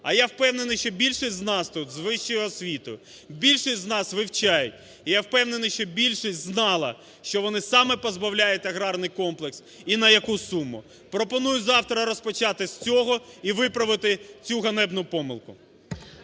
А я впевнений, що більшість з нас тут з вищою освітою і більшість з нас вивчають, і я впевнений, що більшість знала, що вони саме позбавляють аграрний комплекс і на яку суму. Пропоную завтра розпочати з цього і виправити цю ганебну помилку.